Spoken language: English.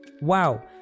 Wow